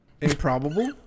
improbable